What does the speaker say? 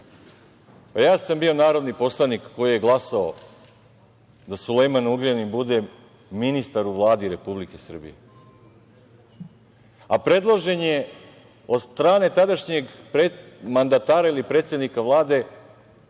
Ja sam bio narodni poslanik koji je glasao da Sulejman Ugljanin bude ministar u Vladi Republike Srbije, a predložen je od strane tadašnjeg mandatara ili predsednika Vlade,